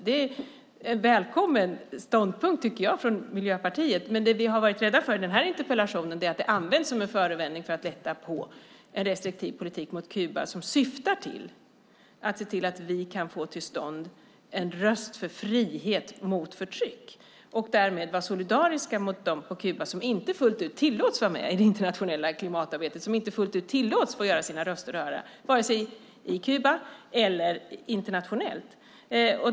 Det är en välkommen ståndpunkt från Miljöpartiet. Men det som vi har varit rädda för när det gäller denna interpellation är att detta används som en förevändning för att lätta på en restriktiv politik mot Kuba som syftar till att se till att vi kan få till stånd en röst för frihet och mot förtryck och därmed vara solidariska mot dem på Kuba som inte fullt ut tillåts vara med i det internationella klimatarbetet och som inte fullt ut tillåts göra sina röster hörda, vare sig på Kuba eller internationellt.